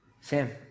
Sam